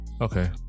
okay